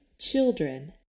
children